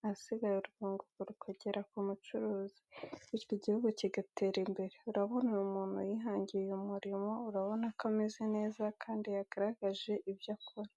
ahasigaye urwunguko rukagera ku mucuruzi, bityo igihugu kigatera imbere, urabona uyu muntu yihangiye umurimo urabona ko ameze neza kandi yagaragaje ibyo akora.